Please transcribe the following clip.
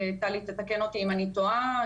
טלי תתקן אותי אם אני טועה,